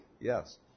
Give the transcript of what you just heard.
Yes